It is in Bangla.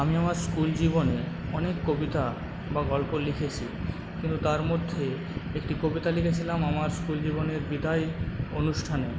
আমি আমার স্কুল জীবনে অনেক কবিতা বা গল্প লিখেছি কিন্তু তার মধ্যে একটি কবিতা লিখেছিলাম আমার স্কুল জীবনের বিদায় অনুষ্ঠানে